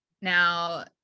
Now